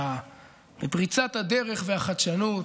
בפריצת הדרך והחדשנות,